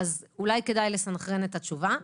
אולי כדאי לסנכרן את התשובה.